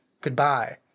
Goodbye